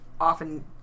often